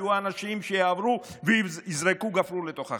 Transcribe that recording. יהיו אנשים שיעברו ויזרקו גפרור לתוך החבית.